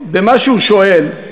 במה שהוא שואל,